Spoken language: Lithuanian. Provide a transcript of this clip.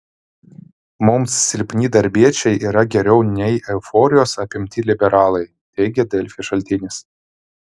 mums silpni darbiečiai yra geriau nei euforijos apimti liberalai teigė delfi šaltinis